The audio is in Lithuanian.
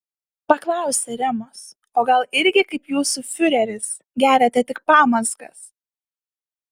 paklausė remas o gal irgi kaip jūsų fiureris geriate tik pamazgas